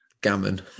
gammon